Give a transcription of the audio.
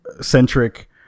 centric